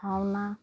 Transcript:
ভাওনা